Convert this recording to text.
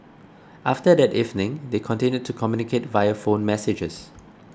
after that evening they continued to communicate via phone messages